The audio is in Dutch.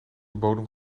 bodem